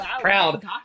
proud